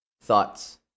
Thoughts